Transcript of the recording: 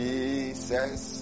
Jesus